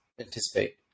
anticipate